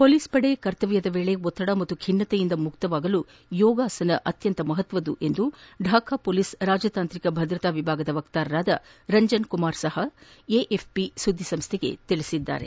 police ಪಡೆ ಕರ್ತವ್ಲದ ವೇಳೆ ಒತ್ತಡ ಹಾಗೂ ಖಿನ್ನತೆಯಿಂದ ಮುಕ್ತವಾಗಲು ಯೋಗ ಅತ್ಖಂತ ಮಹತ್ವದ್ದು ಎಂದು ಢಾಕಾ ಪೊಲೀಸ್ ರಾಜತಾಂತ್ರಿಕ ಭದ್ರತಾ ವಿಭಾಗದ ವಕ್ತಾರ ರಂಜನ್ ಕುಮಾರ್ ಸಾಹಾ ಎಎಫ್ ಪಿಗೆ ಸುದ್ದಿಸಂಸ್ಥೆ ತಿಳಿಸಿದ್ದಾರೆ